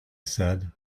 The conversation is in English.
said